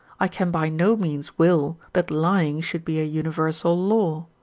i can by no means will that lying should be a universal law.